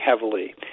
heavily